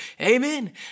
amen